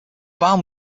barn